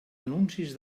anuncis